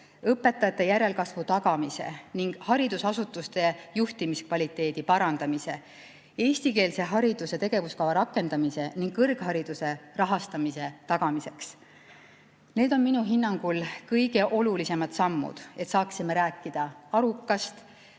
õpetajate järelkasvu tagamise ning haridusasutuste juhtimise kvaliteedi parandamise, eestikeelse hariduse tegevuskava rakendamise ning kõrghariduse rahastamise tagamiseks. Need on minu hinnangul kõige olulisemad sammud, et saaksime rääkida arukast,